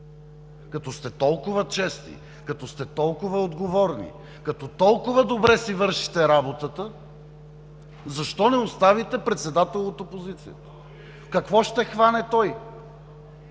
Като сте толкова честни, като сте толкова отговорни, като толкова добре си вършите работата, защо не оставите председател от опозицията? Какво ще хване той?